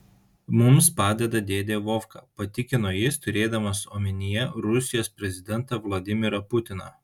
mums padeda dėdė vovka patikino jis turėdamas omenyje rusijos prezidentą vladimirą putiną